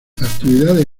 actividades